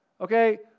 okay